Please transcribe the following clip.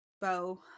bow